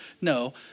No